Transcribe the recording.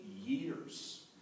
years